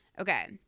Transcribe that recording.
Okay